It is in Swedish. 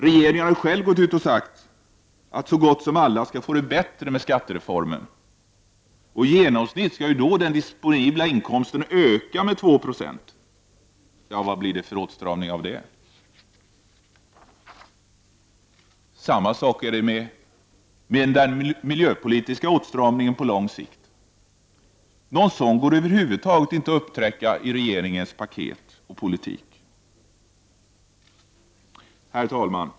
Regeringen har ju själv gått ut och sagt att så gott som alla skall få det bättre i och med skattereformen. I genomsnitt skall de disponibla inkomsterna öka med över 2 Jo. Vad är det för åtstramning? Samma sak är det med den miljöpolitiska åtstramningen på lång sikt. Någon sådan går över huvud taget inte att upptäcka i regeringens paket och politik. Herr talman!